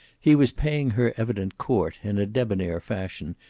he was paying her evident court, in a debonair fashion,